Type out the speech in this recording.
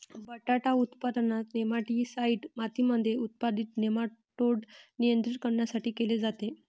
बटाटा उत्पादनात, नेमाटीसाईड मातीमध्ये उत्पादित नेमाटोड नियंत्रित करण्यासाठी केले जाते